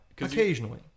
Occasionally